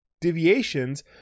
deviations